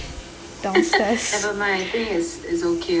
never mind I think it's okay